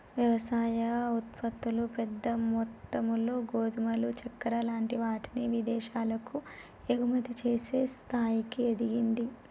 వ్యవసాయ ఉత్పత్తులు పెద్ద మొత్తములో గోధుమలు చెక్కర లాంటి వాటిని విదేశాలకు ఎగుమతి చేసే స్థాయికి ఎదిగింది